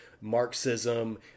Marxism